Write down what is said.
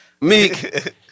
Meek